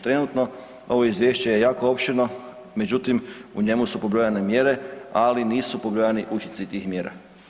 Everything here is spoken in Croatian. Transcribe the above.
Trenutno ovo izvješće je jako opširno, međutim u njemu su pobrojane mjere, ali nisu pobrojani učinci tih mjera.